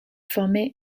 formait